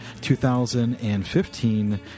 2015